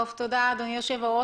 תודה, אדוני היושב-ראש.